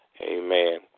Amen